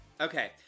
okay